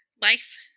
life